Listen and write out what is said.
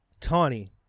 Tawny